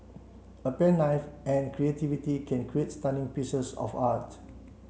a pen knife and creativity can create stunning pieces of art